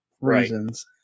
reasons